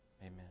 Amen